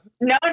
no